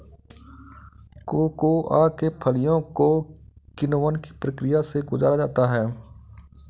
cocoa के फलियों को किण्वन की प्रक्रिया से गुजारा जाता है